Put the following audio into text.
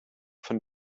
von